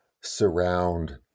surround